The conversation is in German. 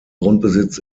grundbesitz